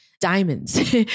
Diamonds